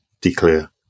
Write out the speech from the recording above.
declare